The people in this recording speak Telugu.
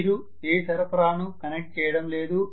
మీరు ఏ సరఫరాను కనెక్ట్ చేయడం లేదు